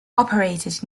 operated